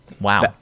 Wow